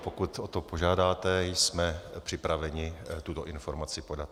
Pokud o to požádáte, jsme připraveni tuto informaci podat.